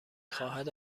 خواهد